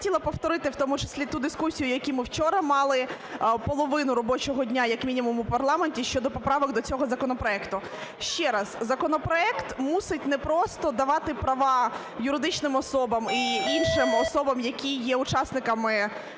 б хотіла повторити в тому числі ту дискусію, яку ми вчора мали, половину робочого дня як мінімум, у парламенті щодо поправок до цього законопроекту. Ще раз, законопроект мусить не просто давати права юридичним особам і іншим особам, які є учасниками